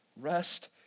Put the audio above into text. Rest